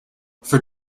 for